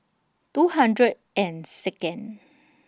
two hundred and Second